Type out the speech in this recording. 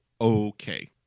okay